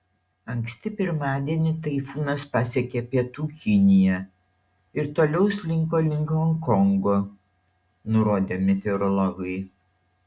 anksti pirmadienį taifūnas pasiekė pietų kiniją ir toliau slinko link honkongo nurodė meteorologai